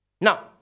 Now